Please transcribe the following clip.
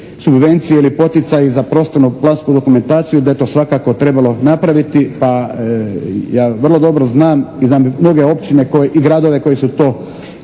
subvencije ili poticaji za prostorno plansku dokumentaciju i da je to svakako trebalo napraviti, pa ja vrlo dobro znam i znam mnoge općine i gradove koje su to